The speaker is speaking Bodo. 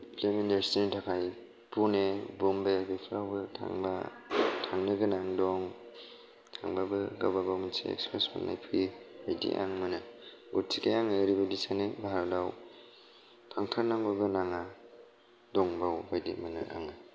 फिल्म इनडास्ट्रिनि थाखाय पुने बम्बे बेफोरावबो थांनो गोनां दं थांब्लाबो गावबा गाव मोनसे फैयो नाथाय आं मोना गथिखे आं सानो भारताव थांथार नांगौ गोनाङा दं बावयो बायदि मोनो आङो